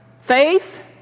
Faith